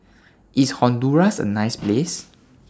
IS Honduras A nice Place